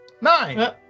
Nine